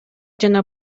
жана